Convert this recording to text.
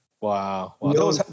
Wow